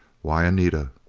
why, anita!